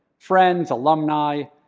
friends, alumni,